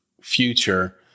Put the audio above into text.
future